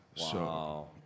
Wow